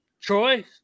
Troy